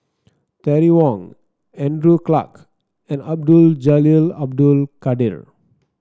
Terry Wong Andrew Clarke and Abdul Jalil Abdul Kadir